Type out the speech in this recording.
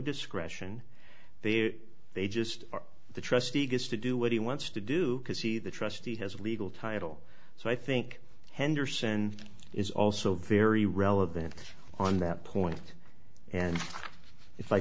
discretion they they just are the trustee gets to do what he wants to do because he the trustee has legal title so i think henderson is also very relevant on that point and if i